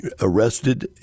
arrested